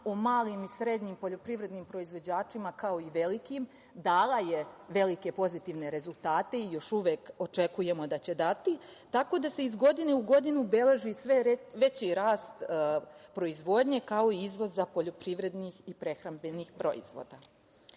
o malim i srednjim poljoprivrednim proizvođačima, kao i velikim, dala je velike pozitivne rezultate i još uvek očekujemo da će dati, tako da se iz godine u godinu beleži sve veći rast proizvodnje, kao i izvoza poljoprivrednih i prehrambenih proizvoda. Kada